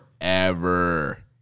Forever